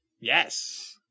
Yes